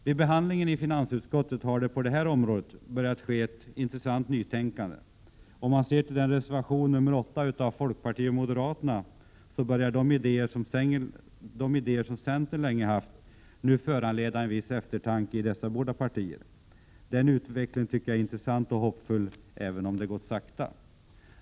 Vid behandlingen i finansutskottet har ett intressant nytänkande på detta område börjat. Om man läser reservation 8 av folkpartiet och moderaterna kan man konstatera att de idéer som centern länge haft nu börjar föranleda en eftertanke i dessa båda partier. Denna utveckling tycker jag är intressant och hoppfull, även om den har gått sakta.